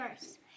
first